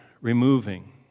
removing